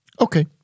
Okay